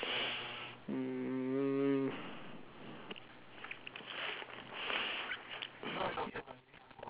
mm